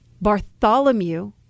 Bartholomew